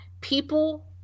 people